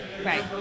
Right